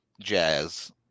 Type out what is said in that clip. jazz